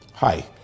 Hi